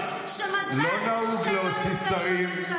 לא נהוג להוציא שרים.